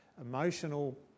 emotional